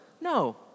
No